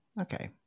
okay